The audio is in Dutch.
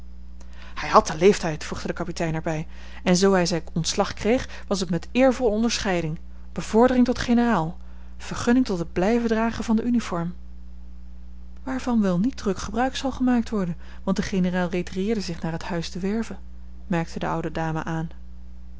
hij had den leeftijd voegde de kapitein er bij en zoo hij zijn ontslag kreeg was het met eervolle onderscheiding bevordering tot generaal vergunning tot het blijven dragen van de uniform waarvan wel niet druk gebruik zal gemaakt worden want de generaal retireerde zich naar het huis de werve merkte de oude dame aan